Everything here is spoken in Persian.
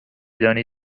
دانی